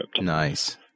Nice